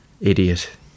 idiot